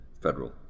federal